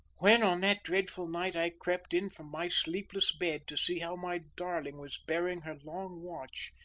when, on that dreadful night i crept in from my sleepless bed to see how my darling was bearing her long watch,